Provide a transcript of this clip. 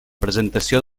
presentació